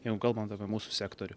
jeigu kalbant apie mūsų sektorių